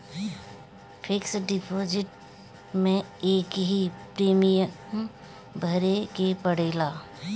fix deposit में एकही premium भरे के पड़ेला